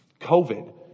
covid